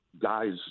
guys